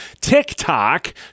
TikTok